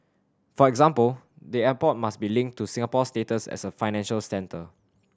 for example the airport must be linked to Singapore's status as a financial centre